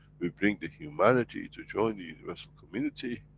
we bring the humanity to join the universal community,